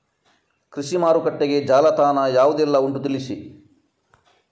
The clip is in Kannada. ಕೃಷಿ ಮಾರುಕಟ್ಟೆಗೆ ಜಾಲತಾಣ ಯಾವುದೆಲ್ಲ ಉಂಟು ತಿಳಿಸಿ